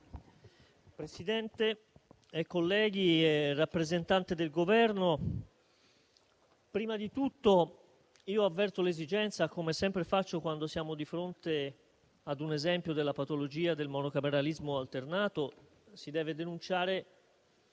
Presidente, colleghi, rappresentante del Governo, prima di tutto io avverto l'esigenza - come sempre faccio quando siamo di fronte ad un esempio della patologia del monocameralismo alternato - di denunciare